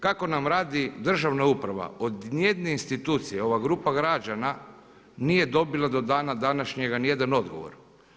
Kako nam radi državna uprava od nijedne institucije ova grupa građana nije dobila do dana današnjega nijedan odgovor.